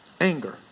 Anger